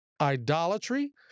idolatry